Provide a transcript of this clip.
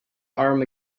arm